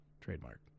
Trademark